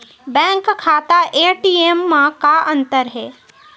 Bank खाता ATM मा का अंतर हे?